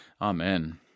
Amen